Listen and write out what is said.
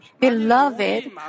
Beloved